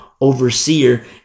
overseer